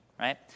right